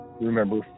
remember